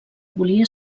volia